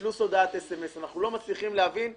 פלוס הודעת SMS. אנחנו לא מצליחים להבין מה המשמעות